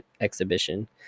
exhibition